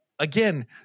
Again